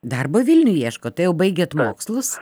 darbo vilniuj ieškot tai jau baigėt mokslus